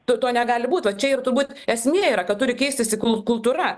to to negali būt vat čia ir turbūt esmė yra kad turi keistis kul kultūra